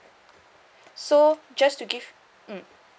so just to give mm